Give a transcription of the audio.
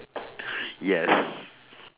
yes